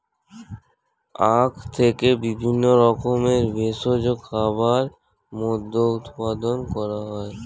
আখ থেকে বিভিন্ন রকমের ভেষজ খাবার, মদ্য উৎপাদন করা হয়